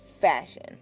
fashion